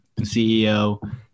CEO